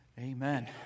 Amen